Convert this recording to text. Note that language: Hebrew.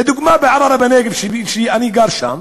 לדוגמה, בערערה-בנגב, ואני גר שם,